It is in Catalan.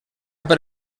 per